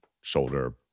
shoulder